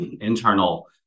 internal